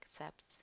accepts